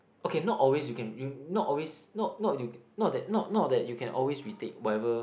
okay not always you can you not always not not you not not that you can always retake whatever